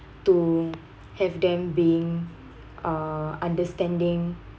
to have them being uh understanding